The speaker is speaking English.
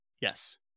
yes